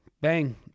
bang